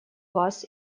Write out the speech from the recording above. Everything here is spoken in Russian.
вас